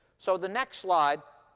so the next slide